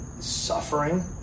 Suffering